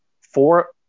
four